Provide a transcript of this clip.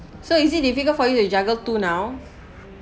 so is it difficult for you to juggle two now